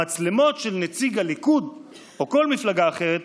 המצלמות של נציג הליכוד או כל מפלגה אחרת